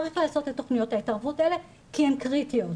צריך לעשות את תכניות ההתערבות האלה כי הן קריטיות.